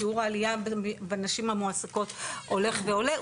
שיעור העלייה בנשים המועסקות הולך ועולה,